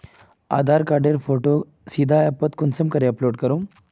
आधार कार्डेर फोटो सीधे ऐपोत कुंसम करे अपलोड करूम?